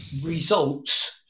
results